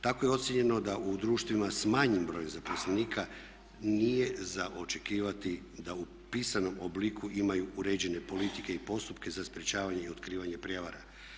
Tako je ocijenjeno da u društvima s manjim brojem zaposlenika nije za očekivati da u pisanom obliku imaju uređene politike i postupke za sprječavanje i otkrivanje prijevara.